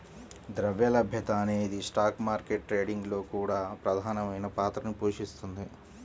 ద్రవ్య లభ్యత అనేది స్టాక్ మార్కెట్ ట్రేడింగ్ లో కూడా ప్రధానమైన పాత్రని పోషిస్తుంది